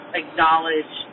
acknowledge